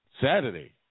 Saturday